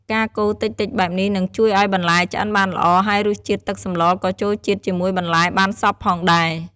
ការកូរតិចៗបែបនេះ នឹងជួយឲ្យបន្លែឆ្អិនបានល្អ ហើយរសជាតិទឹកសម្លក៏ចូលជាតិជាមួយបន្លែបានសព្វផងដែរ។